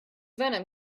venom